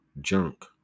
junk